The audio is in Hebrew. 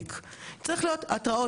ספציפיות לגבי התקדמות,